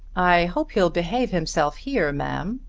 i hope he'll behave himself here, ma'am,